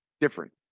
different